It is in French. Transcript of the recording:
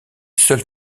seul